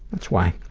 that's why.